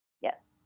Yes